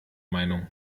meinung